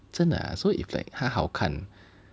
真的 ah so if like 他好看